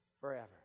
forever